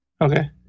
Okay